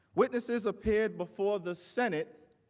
witnesses appeared before the senate